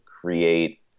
create